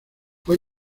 fue